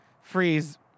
Freeze